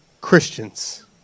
Christians